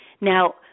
Now